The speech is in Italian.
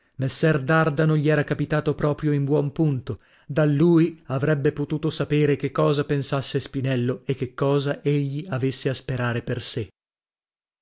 arezzo messer dardano gli era capitato proprio in buon punto da lui avrebbe potuto sapere che cosa pensasse spinello e che cosa egli avesse a sperare per sè